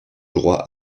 roi